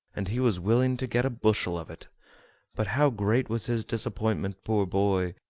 and he was willing to get a bushel of it but how great was his disappointment, poor boy!